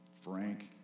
frank